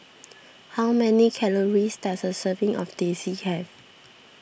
how many calories does a serving of Teh C have